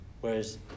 Whereas